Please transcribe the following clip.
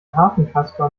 hafenkasper